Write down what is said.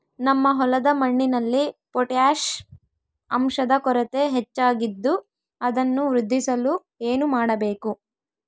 ನಮ್ಮ ಹೊಲದ ಮಣ್ಣಿನಲ್ಲಿ ಪೊಟ್ಯಾಷ್ ಅಂಶದ ಕೊರತೆ ಹೆಚ್ಚಾಗಿದ್ದು ಅದನ್ನು ವೃದ್ಧಿಸಲು ಏನು ಮಾಡಬೇಕು?